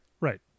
Right